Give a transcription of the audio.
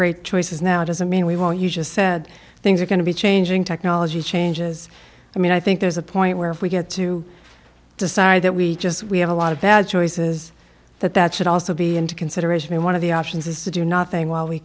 great choices now doesn't mean we've all you just said things are going to be changing technology changes i mean i think there's a point where if we get to decide that we just we have a lot of bad choices that that should also be into consideration one of the options is to do nothing while we